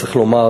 צריך לומר